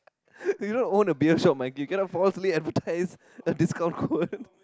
you don't own a beer shop Mikey you cannot falsely advertise a discount code